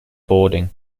boarding